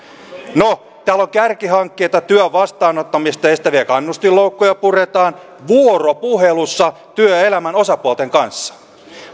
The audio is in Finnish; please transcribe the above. täällä on kärkihankkeita työn vastaanottamista ja sitten vielä kannustinloukkuja puretaan vuoropuhelussa työelämän osapuolten kanssa